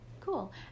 Cool